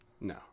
No